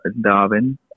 Darwin